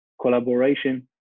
collaboration